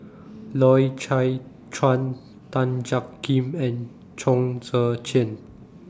Loy Chye Chuan Tan Jiak Kim and Chong Tze Chien